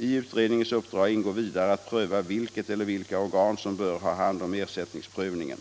I utredningens uppdrag ingår vidare att pröva vilket eller vilka organ som bör ha hand om ersättningsprövningen.